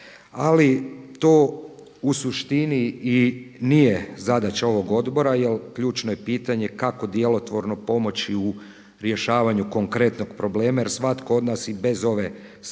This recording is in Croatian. Ali to u suštini i nije zadaća ovog odbora jer ključno je pitanje kako djelotvorno pomoći u rješavanju konkretnog problema jer svatko od nas i bez ove statističke